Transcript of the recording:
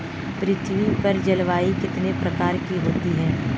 पृथ्वी पर जलवायु कितने प्रकार की होती है?